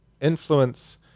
influence